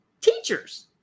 teachers